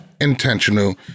intentional